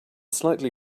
slightly